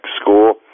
school